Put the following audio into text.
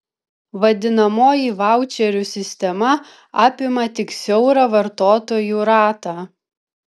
vadinamoji vaučerių sistema apima tik siaurą vartotojų ratą